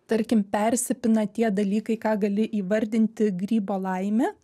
tarkim persipina tie dalykai ką gali įvardinti grybo laime